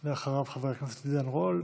אחריו, חבר הכנסת עידן רול.